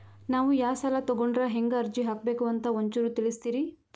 ನಾವು ಯಾ ಸಾಲ ತೊಗೊಂಡ್ರ ಹೆಂಗ ಅರ್ಜಿ ಹಾಕಬೇಕು ಅಂತ ಒಂಚೂರು ತಿಳಿಸ್ತೀರಿ?